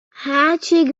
háčik